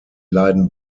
leiden